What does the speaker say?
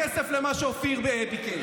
ותדאגו להחזיר את הכסף למה שאופיר ביקש.